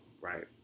right